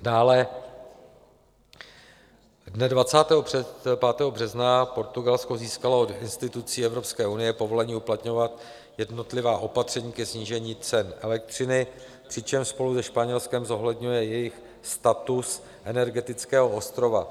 Dále dne 25. března 2022 Portugalsko získalo od institucí Evropské unie povolení uplatňovat jednotlivá opatření ke snížení cen elektřiny, přičemž spolu se Španělskem zohledňuje jejich status energetického ostrova.